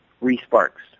re-sparks